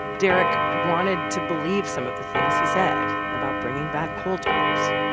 derek wanted to believe some of the things he said about bringing back coal jobs.